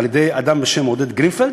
על-ידי אדם בשם עודד גרינפלד,